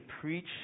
preach